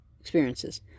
experiences